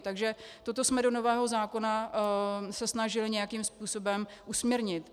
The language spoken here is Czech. Takže toto jsme se do nového zákona snažili nějakým způsobem usměrnit.